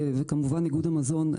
וכמובן איגוד המזון,